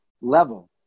level